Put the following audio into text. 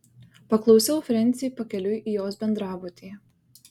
paklausiau frensį pakeliui į jos bendrabutį